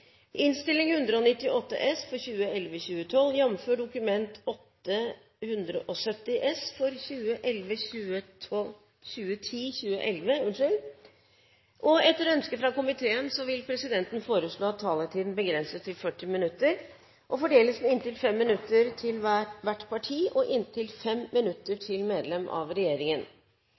innstilling i saken, og jeg tar herved opp de forslagene som ligger der. Flere har ikke bedt om ordet til sak nr. 11. Etter ønske fra arbeids- og sosialkomiteen vil presidenten foreslå at taletiden begrenses til 40 minutter og fordeles med inntil 5 minutter til hvert parti og inntil 5 minutter til medlem av regjeringen.